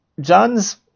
John's